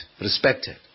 respected